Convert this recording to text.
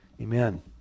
amen